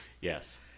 Yes